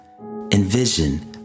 Envision